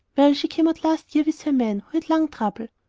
well, she come out last year with her man, who had lung trouble,